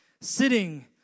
sitting